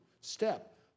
step